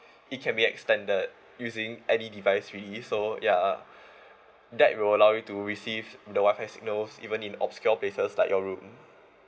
it can be extended using any device really so ya that will allow you to receive the wi-fi signals even in obscure places like your room